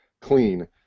clean